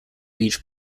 beach